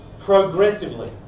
progressively